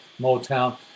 Motown